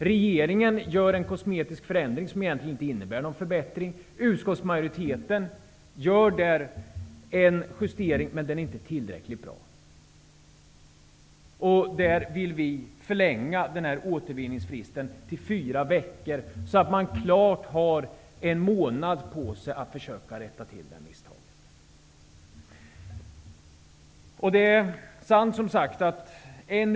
Regeringen gör en kosmetisk förändring som egentligen inte innebär någon förbättring. Utskottsmajoriteten gör en justering, men denna är inte tillräckligt bra. Vi vill förlänga den här återvinningsfristen, som vi tycker skall vara fyra veckor. Då har man säkert en månad på sig. Under den tiden får man försöka komma till rätta med misstaget.